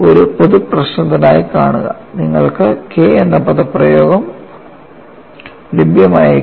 ഒരു പൊതു പ്രശ്നത്തിനായി കാണുക നിങ്ങൾക്ക് K എന്ന പദപ്രയോഗം ലഭ്യമായേക്കില്ല